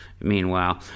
Meanwhile